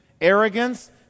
arrogance